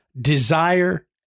desire